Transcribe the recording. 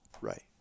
Right